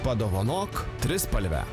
padovanok trispalvę